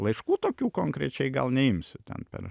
laiškų tokių konkrečiai gal neimsiu ten per